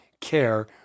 care